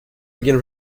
again